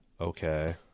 Okay